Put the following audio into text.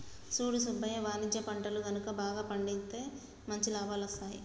సూడు సుబ్బయ్య వాణిజ్య పంటలు గనుక బాగా పండితే మంచి లాభాలు అస్తాయి